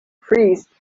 priest